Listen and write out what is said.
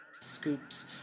scoops